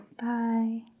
Bye